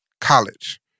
college